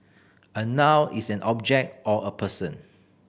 a noun is an object or a person